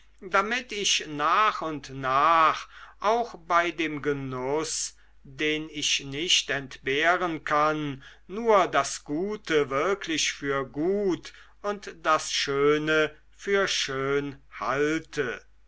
damit ich nach und nach auch bei dem genuß den ich nicht entbehren kann nur das gute wirklich für gut und das schöne für schön halte